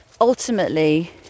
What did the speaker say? ultimately